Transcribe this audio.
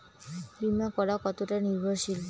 বীমা করা কতোটা নির্ভরশীল?